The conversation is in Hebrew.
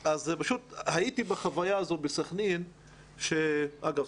אגב,